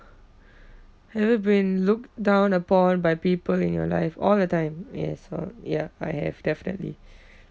have you been looked down upon by people in your life all the time yes um ya I have definitely